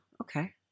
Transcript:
Okay